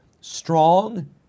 strong